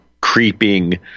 creeping